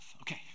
okay